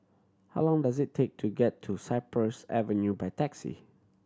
how long does it take to get to Cypress Avenue by taxi